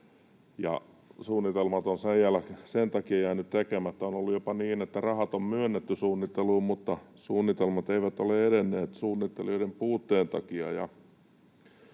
suunnitelmat ovat sen takia jääneet tekemättä. On ollut jopa niin, että rahat on myönnetty suunnitteluun, mutta suunnitelmat eivät ole edenneet suunnittelijoiden puutteen takia.